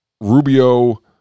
Rubio